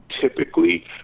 typically